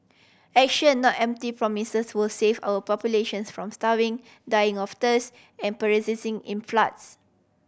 action not empty promises will save our populations from starving dying of thirst and perishing in floods